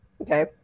Okay